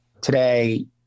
today